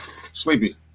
Sleepy